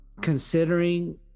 Considering